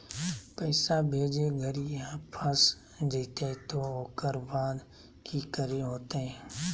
पैसा भेजे घरी फस जयते तो ओकर बाद की करे होते?